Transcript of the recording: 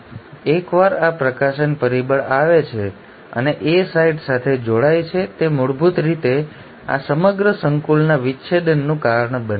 અને એકવાર આ પ્રકાશન પરિબળ આવે છે અને A સાઇટ સાથે જોડાય છે તે મૂળભૂત રીતે આ સમગ્ર સંકુલના વિચ્છેદનું કારણ બને છે